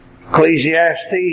Ecclesiastes